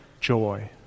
joy